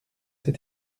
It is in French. cet